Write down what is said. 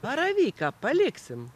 baravyką paliksim